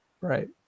Right